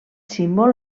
símbol